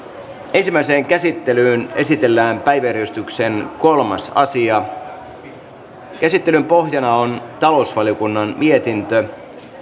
ensimmäiseen käsittelyyn esitellään päiväjärjestyksen kolmas asia käsittelyn pohjana on talousvaliokunnan mietintö